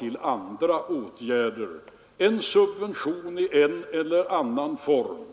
vidta andra åtgärder — en subvention i en eller annan form.